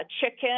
chicken